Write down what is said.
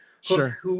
Sure